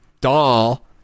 doll